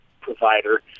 provider